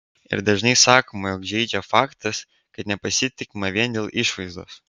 ir dažnai sakoma jog žeidžia faktas kad nepasitikima vien dėl išvaizdos